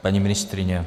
Paní ministryně?